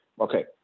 Okay